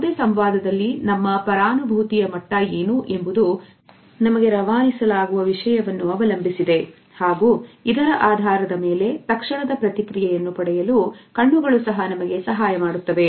ಯಾವುದೇ ಸಂವಾದದಲ್ಲಿ ನಮ್ಮ ಪರಾನುಭೂತಿಯ ಮಟ್ಟ ಏನು ಎಂಬುದು ನಮಗೆ ರವಾನಿಸಲಾಗುತ್ತಿದೆ ವಿಷಯವನ್ನು ಅವಲಂಬಿಸಿದೆ ಹಾಗೂ ಇದರ ಆಧಾರದ ಮೇಲೆ ತಕ್ಷಣದ ಪ್ರತಿಕ್ರಿಯೆಯನ್ನು ಪಡೆಯಲು ಕಣ್ಣುಗಳು ಸಹ ನಮಗೆ ಸಹಾಯ ಮಾಡುತ್ತವೆ